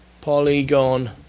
Polygon